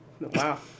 Wow